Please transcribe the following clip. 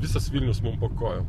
visas vilnius mum po kojom